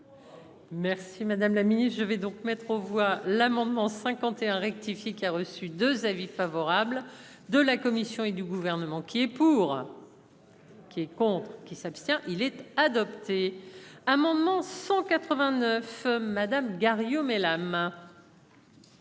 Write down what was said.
Merci, madame la Ministre. Je vais donc mettre aux voix l'amendement 51 rectifié qui a reçu 2 avis favorable de la Commission et du gouvernement. Qui est pour. Qui est contre. Il s'abstient. Il était adopté. Amendement 189. Madame Garriaud-Maylam